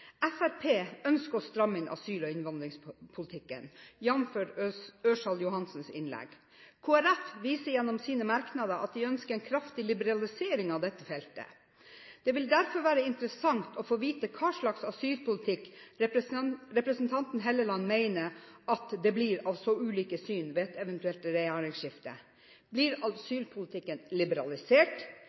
Fremskrittspartiet ønsker å stramme inn asyl- og innvandringspolitikken, jf. Ørsal Johansens innlegg. Kristelig Folkeparti viser gjennom sine merknader at de ønsker en kraftig liberalisering på dette feltet. Det vil derfor være interessant å få vite hva slags asylpolitikk representanten Helleland mener det blir av så ulike syn ved et eventuelt regjeringsskifte. Blir asylpolitikken liberalisert?